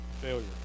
failure